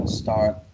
start